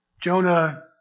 jonah